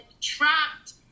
trapped